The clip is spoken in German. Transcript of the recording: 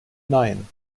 nein